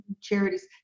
charities